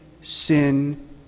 sin